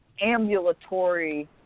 ambulatory